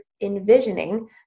envisioning